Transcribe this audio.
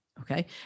okay